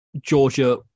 Georgia